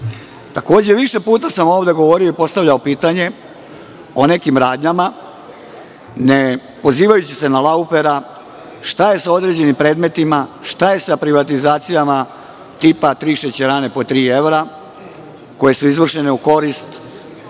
na sudu. Više puta sam ovde govorio i postavljao pitanje o nekim radnjama, ne pozivajući se na „Laufera“, šta je sa određenim predmetima, šta je sa privatizacijama tipa tri šećerane po tri evra koje su izvršene u korist